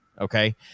Okay